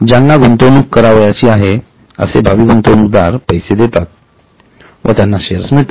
ज्यांना गुंतवणूक करावयाची आहे असे भावी गुंतवणूकदार पैसे देतात व त्यांना शेअर्स मिळतात